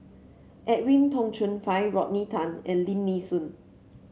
Edwin Tong Chun Fai Rodney Tan and Lim Nee Soon